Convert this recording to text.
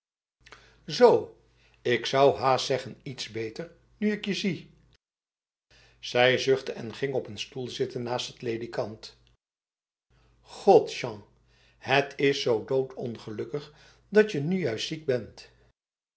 zo ik zou haast zeggen iets beter nu ik je zie zij zuchtte en ging op een stoel zitten naast het ledikant god jean het is zo doodongelukkig dat je nu juist ziek bent